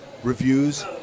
Reviews